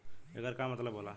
येकर का मतलब होला?